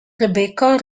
rebecca